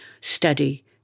steady